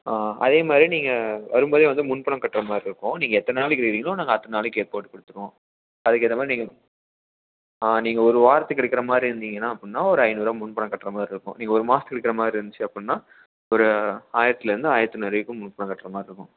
அதேமாதிரி நீங்கள் வரும்போதே வந்து முன்பணம் கட்டுற மாதிரி இருக்கும் நீங்கள் எத்தனை நாளைக்கு எடுக்கிறிங்களோ நாங்கள் அத்தனை நாளைக்கு போட்டு கொடுத்துருவோம் அதுக்கேற்ற மாதிரி நீங்கள் ஆ நீங்கள் ஒரு வாரத்துக்கு எடுக்கிற மாதிரி இருந்திங்கன்னால் அப்புடினா ஒரு ஐநூறுரூவா முன்பணம் கட்டுற மாதிரி இருக்கும் நீங்கள் ஒரு மாதத்துக்கு எடுக்கிற மாதிரி இருந்துச்சு அப்புடினா ஒரு ஆயிரத்துலேருந்து ஆயிரத்து நூறு வரைக்கும் முன்பணம் கட்டுற மாதிரி இருக்கும்